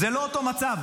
זה לא אותו מצב.